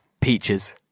Peaches